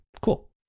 Cool